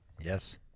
Yes